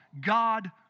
God